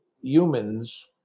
humans